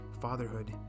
fatherhood